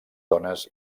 dones